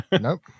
Nope